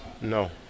No